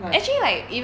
right